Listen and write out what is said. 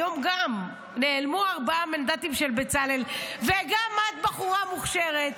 היום גם נעלמו ארבעה מנדטים של בצלאל וגם את בחורה מוכשרת.